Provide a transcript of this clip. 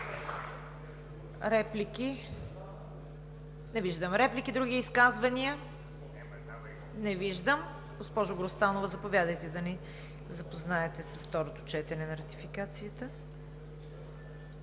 Реплики? Не виждам. Други изказвания? Не виждам. Госпожо Грозданова, заповядайте да ни запознаете с второто четене на ратификацията.